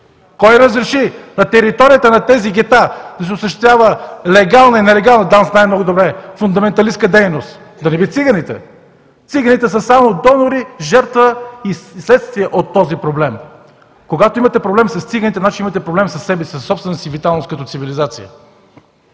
Кой разреши на територията на тези гета да се осъществява легална и нелегална, там се знае много добре, фундаменталистка дейност – да не би циганите? Циганите са само донори, жертва и следствие от този проблем. Когато имате проблем с циганите, значи имате проблем със себе си, със собствената си виталност като цивилизация.